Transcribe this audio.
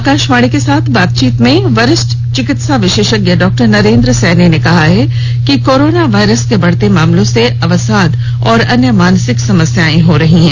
आकाशवाणी के साथ बातचीत में वरिष्ठ चिकित्सा विशेषज्ञ डॉ नरेंद्र सैनी ने कहा है कि कोरोना वायरस के बढते मामलों से अवसाद और अन्य मानसिक समस्याएं हो रही हैं